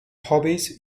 hobbies